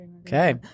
Okay